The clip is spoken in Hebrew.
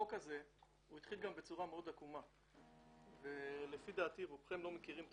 לנו לא ברור איך זה